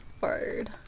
word